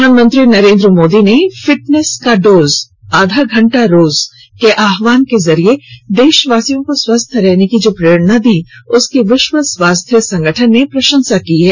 प्रधानमंत्री नरेन्द्र मोदी ने फिटनेस का डोज आधा घंटा रोज के आहवान के जरिए देशवासियों को स्वस्थ रहने की जो प्रेरणा दी उसकी विश्व स्वास्थ्य संगठन ने प्रशंसा की है